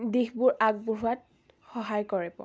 দিশবোৰ আগবঢ়োৱাত সহায় কৰিব